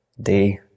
day